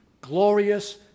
Glorious